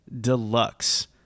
deluxe